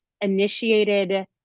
initiated